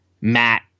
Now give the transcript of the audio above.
Matt